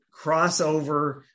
crossover